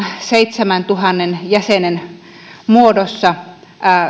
seitsemäntuhannen jäsenen muodossa